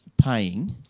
Paying